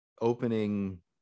opening